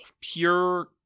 pure